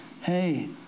hey